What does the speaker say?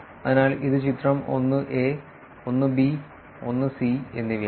അതിനാൽ ഇത് ചിത്രം 1 എ 1 ബി 1 സി എന്നിവയാണ്